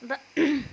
अन्त